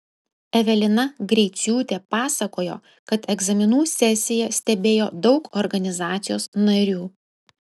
evelina greiciūtė pasakojo kad egzaminų sesiją stebėjo daug organizacijos narių